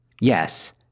yes